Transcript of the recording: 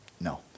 no